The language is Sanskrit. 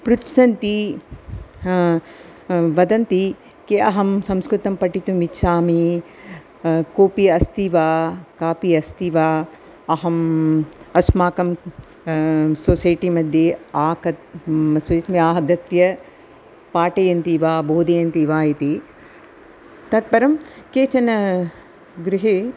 पृच्चन्ति वदन्ति के अहं संस्कृतं पठितुम् इच्छामि कोऽपि अस्ति वा कापि अस्ति वा अहम् अस्माकं सोसैटि मध्ये आक स्वयं आगत्य पाठयन्ति व बोधयन्ति वा इति तत्परं केचन गृहे